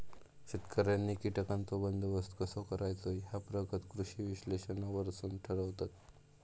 शेतकऱ्यांनी कीटकांचो बंदोबस्त कसो करायचो ह्या प्रगत कृषी विश्लेषणावरसून ठरवतत